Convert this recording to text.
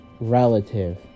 relative